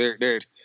dude